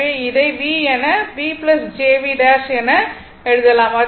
எனவே இதை V என V jV ' என எழுதலாம்